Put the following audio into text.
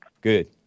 Good